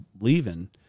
leaving